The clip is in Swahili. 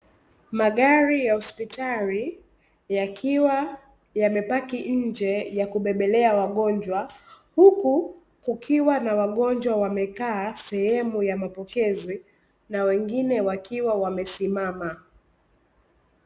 Magari ya Hospitali yakiwa yamepaki nje ya kubebelea wagonjwa, Huku kukiwa na wagonjwa wamekaa sehemu ya mapokezi na wengine wakiwa wamesimama.